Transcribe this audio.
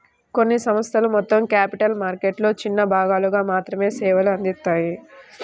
కొన్ని సంస్థలు మొత్తం క్యాపిటల్ మార్కెట్లలో చిన్న భాగాలకు మాత్రమే సేవలు అందిత్తాయి